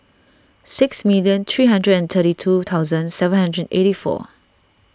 sixty million three hundred and thirty two thousand seven hundred and eighty four